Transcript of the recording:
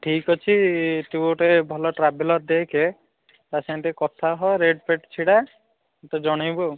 ଠିକ୍ ଅଛି ତୁ ଗୋଟେ ଭଲ ଟ୍ରାଭେଲର୍ ଦେଖେ ତା' ସାଙ୍ଗରେ ଟିକିଏ କଥା ହ ରେଟ୍ଫେଟ୍ ଛିଡ଼ା ମୋତେ ଜଣେଇବୁ ଆଉ